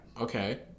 Okay